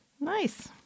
Nice